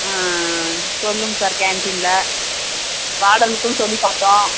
ஆ ஆ ஆ சொல்லுங்கள் சார் கேண்டீனில் வாடர்னுக்கும் சொல்லிப் பார்த்தோம்